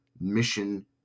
mission